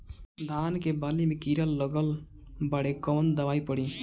धान के बाली में कीड़ा लगल बाड़े कवन दवाई पड़ी?